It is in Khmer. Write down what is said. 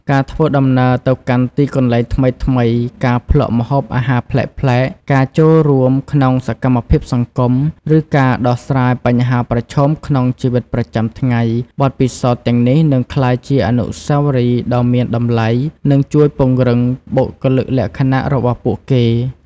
ការធ្វើដំណើរទៅកាន់ទីកន្លែងថ្មីៗ ការភ្លក់ម្ហូបអាហារប្លែកៗ ការចូលរួមក្នុងសកម្មភាពសង្គម ឬការដោះស្រាយបញ្ហាប្រឈមក្នុងជីវិតប្រចាំថ្ងៃ បទពិសោធន៍ទាំងនេះនឹងក្លាយជាអនុស្សាវរីយ៍ដ៏មានតម្លៃ និងជួយពង្រឹងបុគ្គលិកលក្ខណៈរបស់ពួកគេ។